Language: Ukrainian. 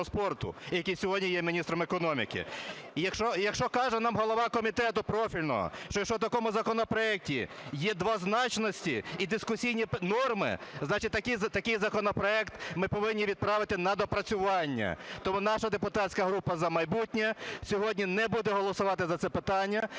який сьогодні є міністром економіки. І якщо каже нам голова комітету профільного, що в такому законопроекті є двозначності і дискусійні норми, значить такий законопроект ми повинні відправити на доопрацювання. Тому наша депутатська група "За майбутнє" сьогодні не буде голосувати за це питання.